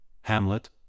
Hamlet